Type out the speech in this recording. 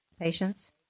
patients